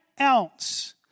ounce